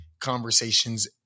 conversations